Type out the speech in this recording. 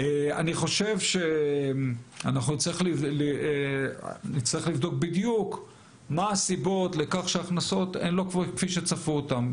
אנחנו נצטרך לבדוק בדיוק מה הסיבות לכך שההכנסות הן לא כפי שצפו אותן.